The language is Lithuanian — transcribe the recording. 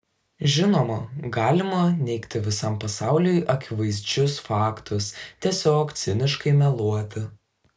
žinoma galima neigti visam pasauliui akivaizdžius faktus tiesiog ciniškai meluoti